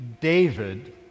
David